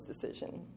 decision